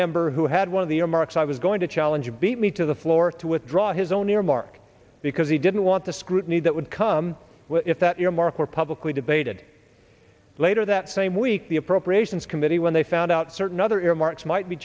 member who had one of the earmarks i was going to challenge beat me to the floor to withdraw his own earmark because he didn't want the scrutiny that would come with if that earmark were publicly debated later that same week the appropriations committee when they found out certain other earmarks might be